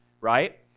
right